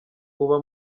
uba